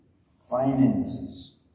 finances